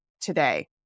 today